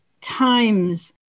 times